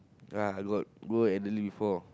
I got go go elderly before